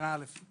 לפי